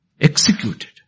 Executed